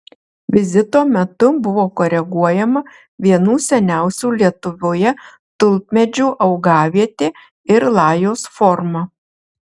vizito metu buvo koreguojama vienų seniausių lietuvoje tulpmedžių augavietė ir lajos forma